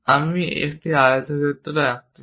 আমি একটি আয়তক্ষেত্র আঁকতে চাই